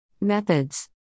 Methods